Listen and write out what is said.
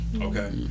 okay